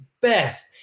best